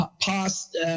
past